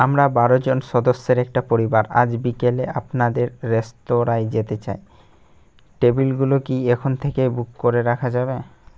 আমরা বারো জন সদস্যের একটা পরিবার আজ বিকেলে আপনাদের রেস্তোরাঁয় যেতে চাই টেবিলগুলো কি এখন থেকে বুক করে রাখা যাবে